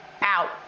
out